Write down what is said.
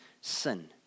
sin